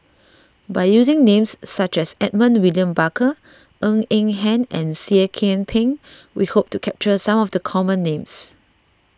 by using names such as Edmund William Barker Ng Eng Hen and Seah Kian Peng we hope to capture some of the common names